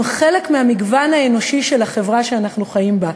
חלק מהמגוון האנושי של החברה שאנחנו חיים בה.